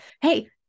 hey